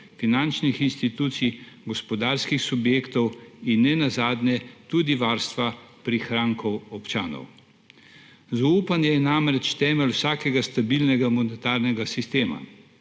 finančnih institucij, gospodarskih subjektov in nenazadnje tudi varstvo prihrankov občanov. Zaupanje je namreč temelj vsakega stabilnega monetarnega sistema,